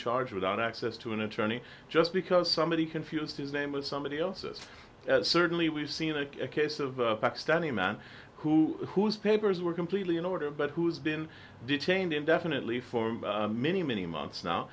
charged without access to an attorney just because somebody confused his name with somebody else's certainly we've seen a case of pakistani man who whose papers were completely in order but who's been detained indefinitely for many many months